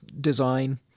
design